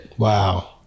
Wow